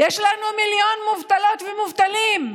יש לנו מיליון מובטלות ומובטלים,